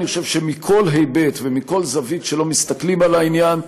אני חושב שמכל היבט ומכל זווית שלא מסתכלים על העניין,